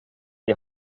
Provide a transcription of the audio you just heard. die